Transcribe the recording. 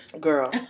Girl